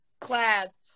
class